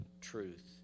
truth